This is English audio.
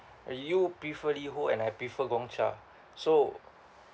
you prefer LiHO and I prefer Gong Cha so